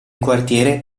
quartiere